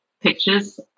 pictures